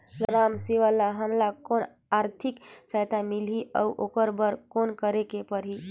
ग्राम सेवक ल हमला कौन आरथिक सहायता मिलही अउ ओकर बर कौन करे के परही?